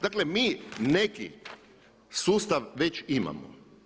Dakle mi neki sustav već imamo.